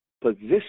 position